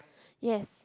yes